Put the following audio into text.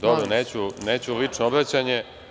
Dobro, neću lično obraćanje.